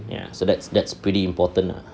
ya so that's that's pretty important lah